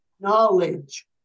knowledge